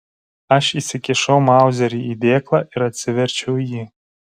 aš įsikišau mauzerį į dėklą ir atsiverčiau jį